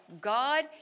God